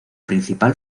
principal